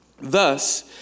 Thus